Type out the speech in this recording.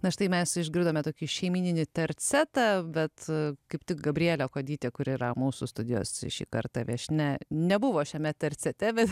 na štai mes išgirdome tokį šeimyninį tercetą bet kaip tik gabrielė kuodytė kuri yra mūsų studijos šį kartą viešnia nebuvo šiame tercete bet